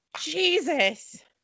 Jesus